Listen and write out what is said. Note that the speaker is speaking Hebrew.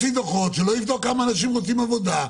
דוחות, שלא יבדוק כמה אנשים מוצאים עבודה.